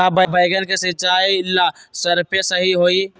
का बैगन के सिचाई ला सप्रे सही होई?